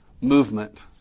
movement